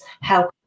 help